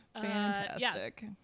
Fantastic